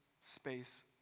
space